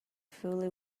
fully